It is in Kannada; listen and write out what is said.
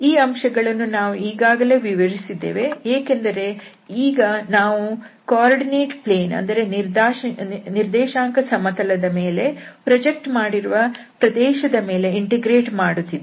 ಈ ಅಂಶಗಳನ್ನು ನಾವು ಈಗಾಗಲೇ ವಿವರಿಸಿದ್ದೇವೆ ಏಕೆಂದರೆ ಈಗ ನಾವು ನಿರ್ದೇಶಾಂಕ ಸಮತಲ ದ ಮೇಲೆ ಪ್ರಾಜೆಕ್ಟ್ ಮಾಡಿರುವ ಪ್ರದೇಶದ ಮೇಲೆ ಇಂಟಿಗ್ರೇಟ್ ಮಾಡುತ್ತಿದ್ದೇವೆ